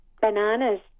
Bananas